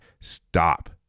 Stop